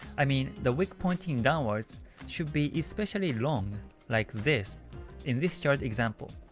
i mean, the wick pointing downwards should be especially long like this in this chart example.